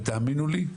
ותאמינו לי,